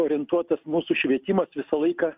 orientuotas mūsų švietimas visą laiką